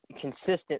consistent